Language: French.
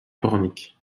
pornic